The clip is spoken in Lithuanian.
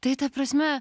tai ta prasme